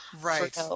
right